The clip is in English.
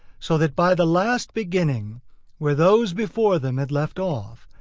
so that, by the last beginning where those before them had left off,